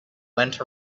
went